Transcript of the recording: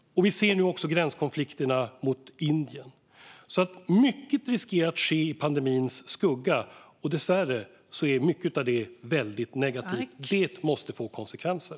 Vi ser nu dessutom gränskonflikterna med Indien. Mycket riskerar alltså att ske i pandemins skugga. Dessvärre är mycket av det väldigt negativt. Detta måste få konsekvenser.